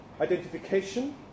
Identification